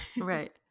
Right